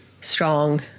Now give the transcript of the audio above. strong